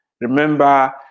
Remember